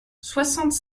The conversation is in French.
soixante